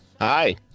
Hi